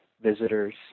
visitors